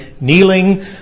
kneeling